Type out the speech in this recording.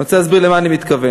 אני רוצה להסביר למה אני מתכוון.